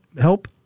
help